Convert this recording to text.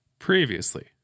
previously